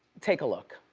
take a look.